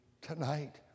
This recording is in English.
tonight